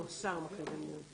לא, שר מחליט על מדיניות.